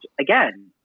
again